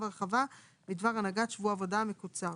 הרחבה בדבר הנהגת שבוע עבודה מקוצר.